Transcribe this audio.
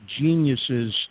geniuses